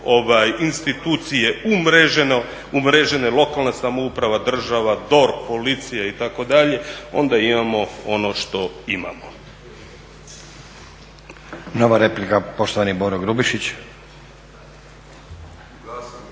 institucije umrežene, lokalna samouprava, država, DORH, policija itd. onda imamo ono što imamo. **Stazić, Nenad (SDP)** Nova replika poštovani Boro Grubišić.